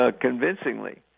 convincingly